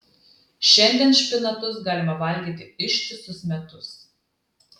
šiandien špinatus galima valgyti ištisus metus